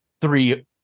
three